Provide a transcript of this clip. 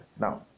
Now